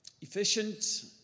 efficient